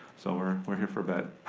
so we're we're here for a bit.